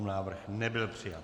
Návrh nebyl přijat.